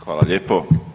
Hvala lijepo.